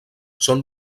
són